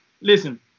Listen